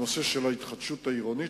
נושא ההתחדשות העירונית,